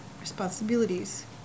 responsibilities